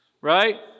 right